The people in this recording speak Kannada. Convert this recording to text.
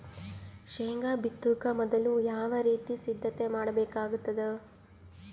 ಶೇಂಗಾ ಬಿತ್ತೊಕ ಮೊದಲು ಯಾವ ರೀತಿ ಸಿದ್ಧತೆ ಮಾಡ್ಬೇಕಾಗತದ?